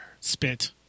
Spit